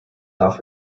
off